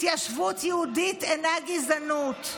התיישבות יהודית אינה גזענות.